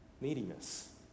Neediness